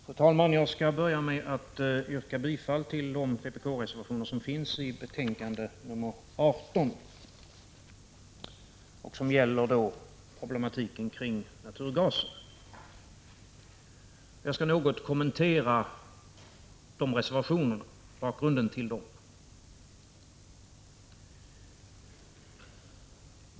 Fru talman! Jag skall börja med att yrka bifall till de vpk-reservationer som finns i näringsutskottets betänkande 18, som gäller problematiken kring naturgasen. Jag skall något kommentera bakgrunden till de reservationerna.